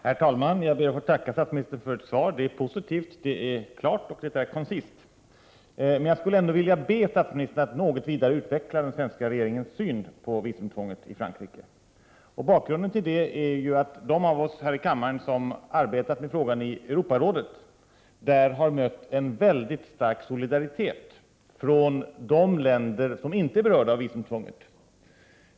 Herr talman! Jag ber att få tacka statsministern för svaret. Det är positivt, klart och koncist. Men jag skulle ändå vilja be statsministern att något vidare utveckla den svenska regeringens syn på visumtvånget i Frankrike. Bakgrunden till detta är att de av oss här i kammaren som arbetat med frågan i Europarådet där har mött en väldigt stark solidaritet från de länder som inte berörs av visumtvånget.